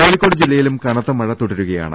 കോഴിക്കോട് ജില്ലയിലും കനത്ത മഴ തുടരുകയാണ്